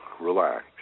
relax